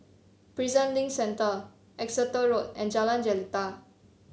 Prison Link Centre Exeter Road and Jalan Jelita